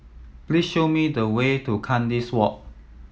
please show me the way to Kandis Walk